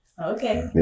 Okay